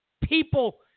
people